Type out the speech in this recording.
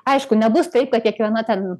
aišku nebus taip kad kiekviena ten